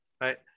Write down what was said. right